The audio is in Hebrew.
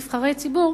נבחרי ציבור,